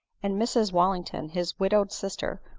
and mrs wallington his widowed sister,